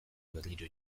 berriro